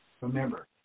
Remember